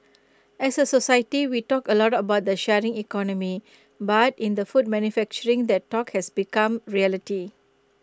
as A society we talk A lot about the sharing economy but in the food manufacturing that talk has become reality